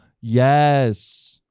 Yes